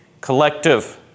collective